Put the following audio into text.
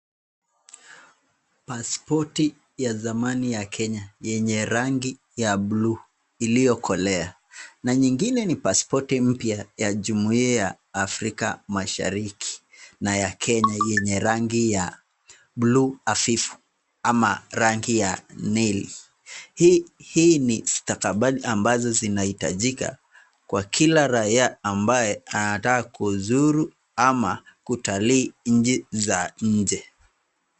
Passpoti ya zamani ya Kenya yenye rangi ya blue iliyokolea, na nyingine ni passpoti mpya ya Jumuhia ya Afrika mashariki, na ya Kenya yenye rangi ya blue hafifu ama rangi ya nili. Hii ni stakabadhi ambazo zinaitajika kwa kila raiya ambaye anataka kuzuru ama kutalii nchi za nje.